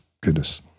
goodness